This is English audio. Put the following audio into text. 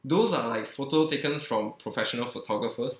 those are like photo taken from professional photographers